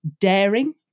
Daring